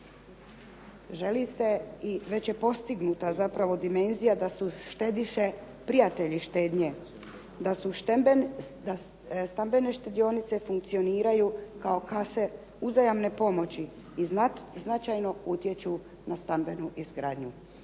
želi se i već je postignuta zapravo dimenzija da su štediše prijatelji štednje, da stambene štedionice funkcioniraju kao kase uzajamne pomoći i značajno utječu na stambenu izgradnju.